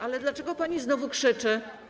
Ale dlaczego pani znowu krzyczy?